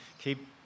keep